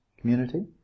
community